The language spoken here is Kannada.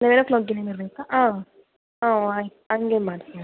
ಲೆವೆನ್ ಓ ಕ್ಲಾಕಿಗೆನೆ ಬರಬೇಕ ಹಾಂ ಹಾಂ ಆಯ್ತು ಹಂಗೆ ಮಾಡ್ತೀನಿ